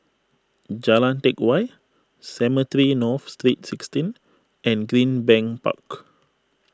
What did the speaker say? Jalan Teck Whye Cemetry North Street sixteen and Greenbank Park